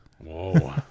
Whoa